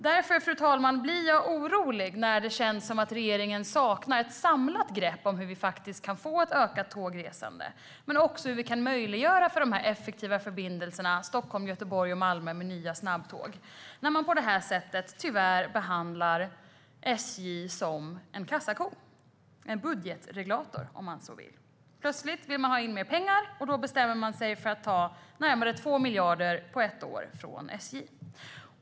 Därför, fru talman, blir jag orolig när det känns som att regeringen saknar ett samlat grepp om hur vi kan få ett ökat tågresande men också hur vi kan möjliggöra effektiva förbindelser till Stockholm, Göteborg och Malmö med nya snabbtåg när man på det här sättet tyvärr behandlar SJ som en kassako, en budgetregulator, om man så vill. Plötsligt vill man ha in mer pengar, och då bestämmer man sig för att ta närmare 2 miljarder på ett år från SJ.